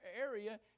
area